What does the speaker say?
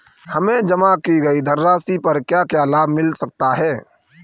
हमें जमा की गई धनराशि पर क्या क्या लाभ मिल सकता है?